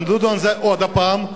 תדונו בזה שוב,